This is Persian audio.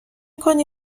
کنی